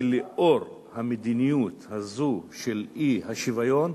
ולאור המדיניות הזאת של האי-שוויון,